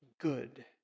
good